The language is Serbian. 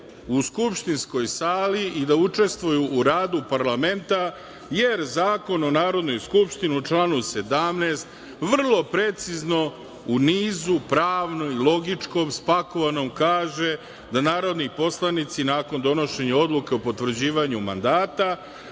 u skupštinskoj sali i da učestvuju u radu parlamenta, jer Zakon o Narodnoj skupštinu u članu 17. vrlo precizno u nizu pravno i logičkom spakovanom kaže da narodni poslanici nakon donošenja odluka o potvrđivanju mandata